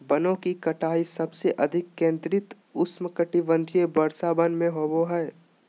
वनों की कटाई सबसे अधिक केंद्रित उष्णकटिबंधीय वर्षावन में होबो हइ